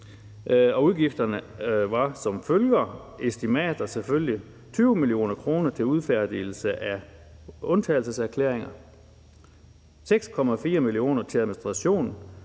kr. Udgifterne, som selvfølgelig er estimater, var som følger: 20 mio. kr. til udfærdigelse af undtagelseserklæringer; 6,4 mio. kr. til administration